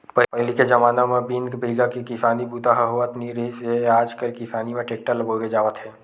पहिली के जमाना म बिन बइला के किसानी बूता ह होवत नइ रिहिस हे आजकाल किसानी म टेक्टर ल बउरे जावत हे